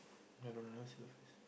I don't I never see the face